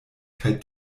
kaj